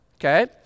Okay